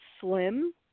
slim